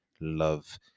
love